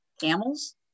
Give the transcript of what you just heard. Camels